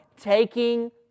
Taking